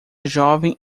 jovem